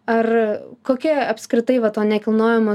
ar kokia apskritai va to nekilnojamo